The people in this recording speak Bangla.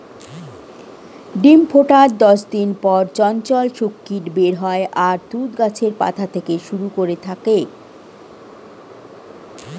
ডিম ফোটার দশ দিন পর চঞ্চল শূককীট বের হয় আর তুঁত গাছের পাতা খেতে শুরু করে থাকে